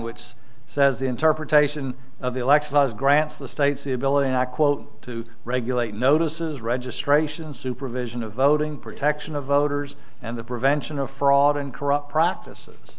which says the interpretation of the election does grants the states the ability not quote to regulate notices registration supervision of voting protection of voters and the prevention of fraud and corrupt practices